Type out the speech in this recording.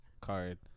card